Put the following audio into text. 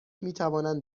میتوانند